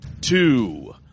two